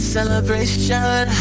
Celebration